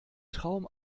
traum